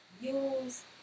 Use